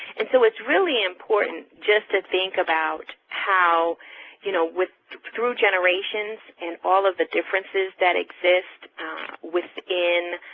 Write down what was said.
and so it's really important just to think about how you know, with through generations and all of the differences that exist within